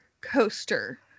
coaster